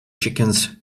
chickens